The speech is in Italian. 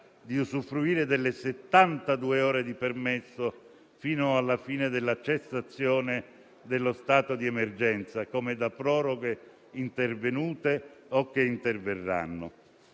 di usufruire delle settantadue ore di permesso fino alla fine della cessazione dello stato di emergenza, come da proroghe intervenute o che interverranno.